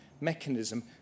mechanism